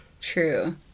True